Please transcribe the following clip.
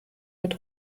mit